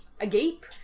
Agape